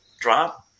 drop